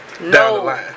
No